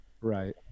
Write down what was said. Right